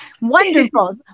Wonderful